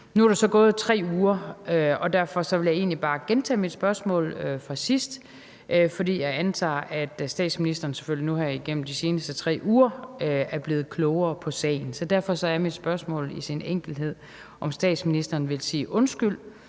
Nu er der så gået 3 uger, og derfor vil jeg egentlig bare gentage mit spørgsmål fra sidst, for jeg antager, at statsministeren selvfølgelig nu her igennem de seneste 3 uger er blevet klogere på sagen. Derfor er mit spørgsmål i sin enkelhed, om statsministeren vil sige undskyld